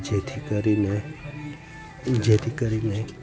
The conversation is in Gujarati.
જેથી કરીને જેથી કરીને